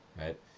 Right